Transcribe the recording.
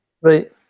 Right